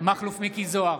מכלוף מיקי זוהר,